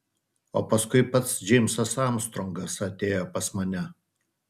o paskui pats džeimsas armstrongas atėjo pas mane